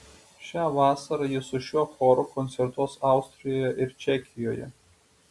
šią vasarą ji su šiuo choru koncertuos austrijoje ir čekijoje